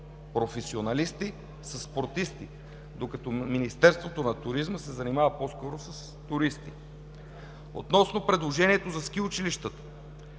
професионалисти, със спортисти, докато Министерството на туризма се занимава по-скоро с туристи. Относно предложението за ски училищата.